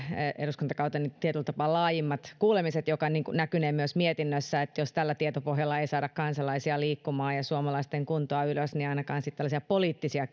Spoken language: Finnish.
eduskuntakauteni tietyllä tapaa laajimmat kuulemiset mikä näkynee myös mietinnössä eli jos tällä tietopohjalla ei saada kansalaisia liikkumaan ja suomalaisten kuntoa ylös niin ainakaan sitten tällaisia poliittisia